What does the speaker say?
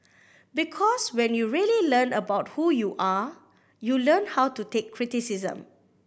because when you really learn about who you are you learn how to take criticism